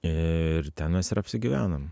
ir ten mes ir apsigyvenom